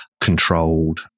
controlled